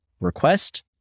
request